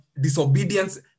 disobedience